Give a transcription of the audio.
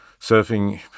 surfing